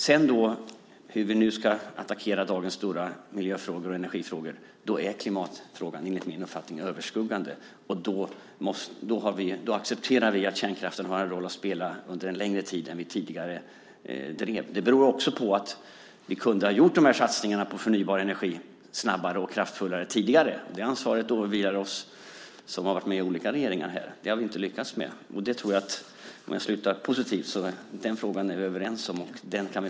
När det gäller hur vi ska attackera dagens stora miljöfrågor och energifrågor är klimatfrågan enligt min uppfattning överskuggande, och då accepterar vi att kärnkraften har en roll att spela under en längre tid än vi tidigare drev. Det beror också på att vi tidigare både snabbare och kraftfullare kunde ha gjort dessa satsningar på förnybar energi. Det ansvaret åvilar oss som har varit med i olika regeringar. Vi har inte lyckats med detta, och jag tror - om jag ska avsluta positivt - att vi är överens i den frågan.